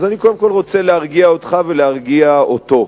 אז אני קודם כול רוצה להרגיע אותך ולהרגיע אותו: